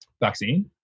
vaccine